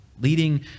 Leading